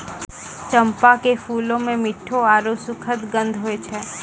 चंपा के फूलो मे मिठ्ठो आरु सुखद गंध होय छै